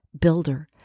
builder